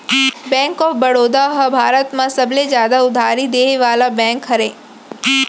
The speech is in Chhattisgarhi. बेंक ऑफ बड़ौदा ह भारत म सबले जादा उधारी देय वाला बेंक हरय